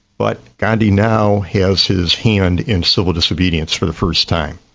but gandhi now has his hand in civil disobedience for the first time.